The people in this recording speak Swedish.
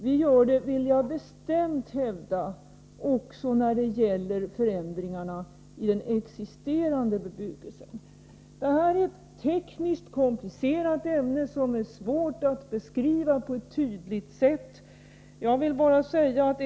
Vi gör det — och det vill jag bestämt hävda — också när det gäller förändringarna i en existerande bebyggelse. Detta är ett tekniskt komplicerat ämne som det är svårt att beskriva på ett tydligt sätt.